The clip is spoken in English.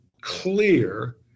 clear